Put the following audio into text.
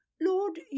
Lord